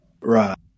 Right